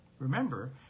Remember